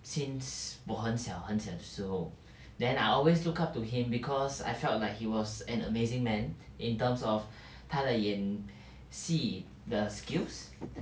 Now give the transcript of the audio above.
since 我很小很小的时候 then I always look up to him because I felt like he was an amazing man in terms of 他的演戏的 skills